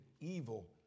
evil